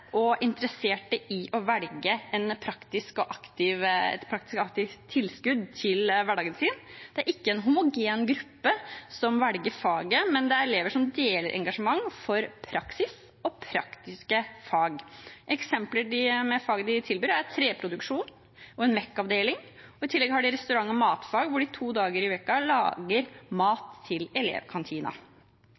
og interesserte i å velge et praktisk og aktivt tilskudd til hverdagen sin. Det er ikke en homogen gruppe som velger faget, men det er elever som deler et engasjement for praksis og praktiske fag. Eksempler på fag de tilbyr, er treproduksjon og en mek.-avdeling, og i tillegg har de restaurant- og matfag, hvor de to dager i uken lager mat til